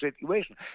situation